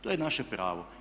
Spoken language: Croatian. To je naše pravo.